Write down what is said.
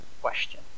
question